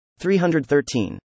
313